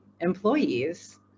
employees